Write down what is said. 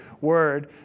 word